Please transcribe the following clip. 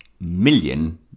million